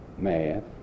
math